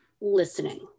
listening